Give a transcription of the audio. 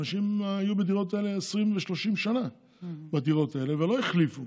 אנשים היו בדירות האלה 20 30 שנה ולא החליפו.